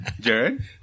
Jared